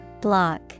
Block